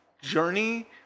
journey